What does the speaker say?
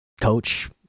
coach